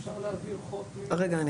רגע,